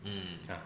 ah